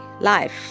life